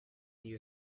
you